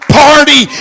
party